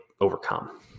overcome